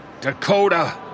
Dakota